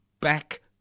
back